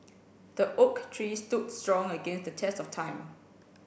the oak tree stood strong against the test of time